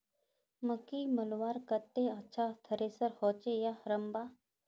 मकई मलवार केते अच्छा थरेसर होचे या हरम्बा?